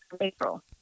April